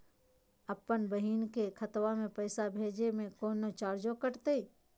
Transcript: अपन बहिन के खतवा में पैसा भेजे में कौनो चार्जो कटतई?